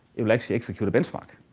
it will actually excecute a benchmark.